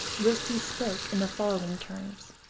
whilst he spoke in the following terms